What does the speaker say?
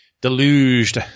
deluged